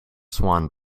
swan